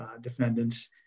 defendants